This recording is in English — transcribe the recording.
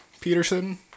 Peterson